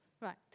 Right